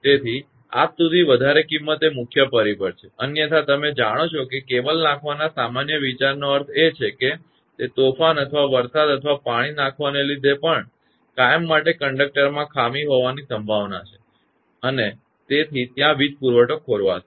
તેથી આજ સુધી વધારે કિંમત એ મુખ્ય પરિબળ છે અન્યથા તમે જાણો છો કે કેબલ નાખવાના સામાન્ય વિચારનો અર્થ એ છે કે તે તોફાન અથવા ભારે વરસાદ અથવા પાણી નાખવાને લીધે પણ કાયમ માટે કંડકટરમાં ખામી હોવાની સંભાવના છે અને તેથી ત્યાં વીજ પુરવઠો ખોરવાશે